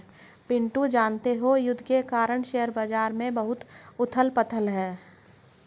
पिंटू जानते हो युद्ध के कारण शेयर बाजार में बहुत उथल पुथल है